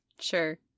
Sure